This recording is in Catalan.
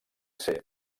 ser